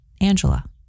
Angela